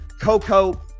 Coco